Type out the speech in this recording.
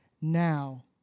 now